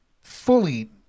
fully